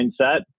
mindset